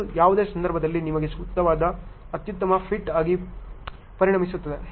ಇದು ಯಾವುದೇ ಸಂದರ್ಭದಲ್ಲಿ ನಿಮಗೆ ಸೂಕ್ತವಾದ ಅತ್ಯುತ್ತಮ ಫಿಟ್ ಆಗಿ ಪರಿಣಮಿಸುತ್ತದೆ